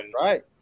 Right